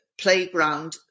playground